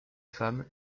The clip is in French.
femmes